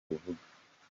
buvuga